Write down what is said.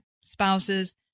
spouses